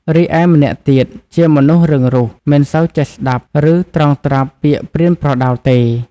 រីឯម្នាក់ទៀតជាមនុស្សរឹងរូស មិនសូវចេះស្តាប់ ឬត្រងត្រាប់ពាក្យប្រៀនប្រដៅទេ។